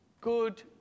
good